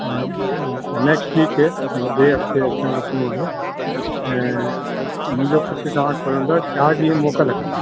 न न next week ते मतिलब ॿिए हफ़्ते असांखे अचिणो आहे ऐं मुंहिंजो पुट तव्हांखे घुरंदा चारि ॾींहं मोकिल ॾिए